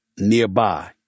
nearby